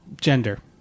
gender